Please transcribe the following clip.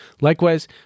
Likewise